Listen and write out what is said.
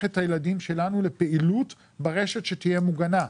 את הילדים שלנו לפעילות ברשת שתהיה מוגנת.